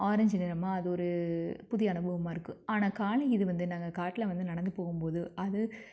orange நிறமாக அது ஒரு புதிய அனுபவமாக இருக்குது ஆனால் காலை இது வந்து நாங்கள் காட்டில வந்து நடந்து போகும் போது அது